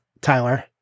Tyler